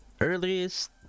earliest